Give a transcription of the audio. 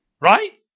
Right